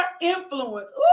influence